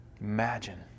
Imagine